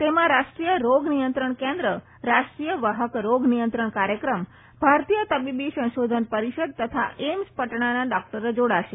તેમાં રાષ્ટ્રીય રોગ નિયંત્રણ કેન્દ્ર રાષ્ટ્રીય વાહક રોગ નિયંત્રણ કાર્યક્રમ ભારતીય તબીબી સંશોધન પરિષદ તથા એઈમ્સ પટણાના ડોકટરો જાડાશે